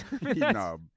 No